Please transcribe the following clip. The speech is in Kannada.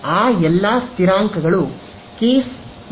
ಆ ಎಲ್ಲಾ ಸ್ಥಿರಾಂಕಗಳು k02μr⃗H ಆಗುತ್ತವೆ